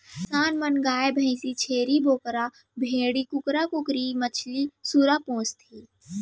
किसान मन गाय भईंस, छेरी बोकरा, भेड़ी, कुकरा कुकरी, मछरी, सूरा पोसथें